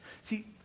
See